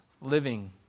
living